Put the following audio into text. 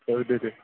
औ दे दे